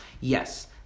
yes